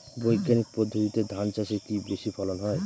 বৈজ্ঞানিক পদ্ধতিতে ধান চাষে কি বেশী ফলন হয়?